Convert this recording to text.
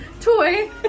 toy